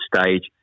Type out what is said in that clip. stage